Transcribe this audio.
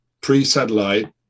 pre-satellite